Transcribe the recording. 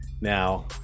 Now